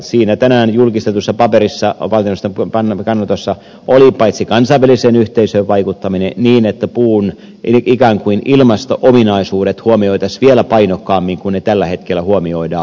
siinä tänään julkistetussa paperissa valtioneuvoston kannanotossa oli kansainväliseen yhteisöön vaikuttaminen niin että puun ikään kuin ilmasto ominaisuudet huomioitaisiin vielä painokkaammin kuin ne tällä hetkellä huomioidaan